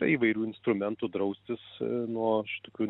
įvairių instrumentų draustis nuo šitokių